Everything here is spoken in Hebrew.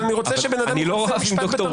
אבל אני רוצה שבן אדם יוכל לסיים משפט.